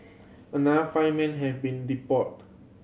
another five men have been deported